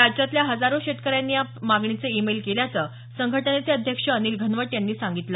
राज्यातल्या हजारो शेतकऱ्यांनी या मागणीचे ई मेल केल्याचं संघटनेचे अध्यक्ष अनिल घनवट यांनी सांगितलं